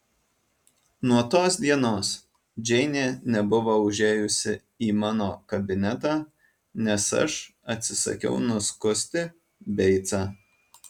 nuo tos dienos džeinė nebuvo užėjusi į mano kabinetą nes aš atsisakiau nuskusti beicą